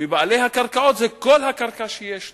מבעלי הקרקעות זו כל הקרקע שיש לו.